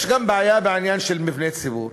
יש גם בעיה בעניין של מבני ציבור,